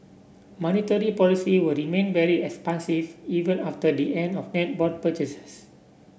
monetary policy will remain very expansive even after the end of net bond purchases